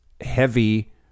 heavy